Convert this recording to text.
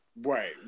Right